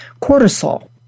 cortisol